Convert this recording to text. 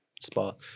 spot